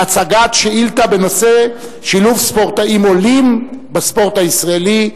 להצגת שאילתא בנושא שילוב ספורטאים עולים בספורט הישראלי.